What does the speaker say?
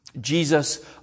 Jesus